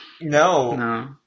No